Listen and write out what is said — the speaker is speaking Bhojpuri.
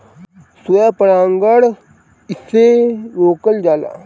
स्व परागण कइसे रोकल जाला?